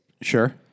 Sure